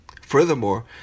Furthermore